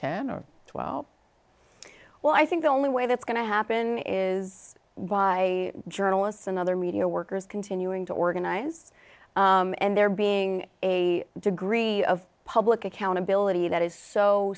ten or twelve well i think the only way that's going to happen is by journalists and other media workers continuing to organize and there being a degree of public accountability that is so